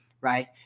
Right